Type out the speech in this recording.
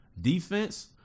Defense